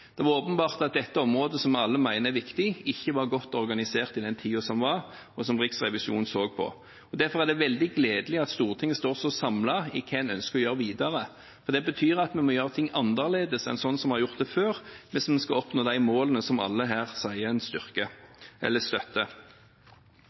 Det var åpenbart at dette området, som alle mener er viktig, ikke var godt organisert i den tiden som var, og som Riksrevisjonen så på. Derfor er det veldig gledelig at Stortinget står så samlet om hva en ønsker å gjøre videre, for det betyr at vi må gjøre ting annerledes enn sånn vi har gjort det før, hvis vi skal oppnå de målene som alle her sier er en styrke eller